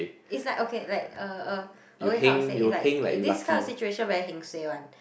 is like okay like uh uh always how to say is like this type of situation very heng suay one